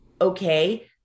okay